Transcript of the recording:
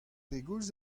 pegoulz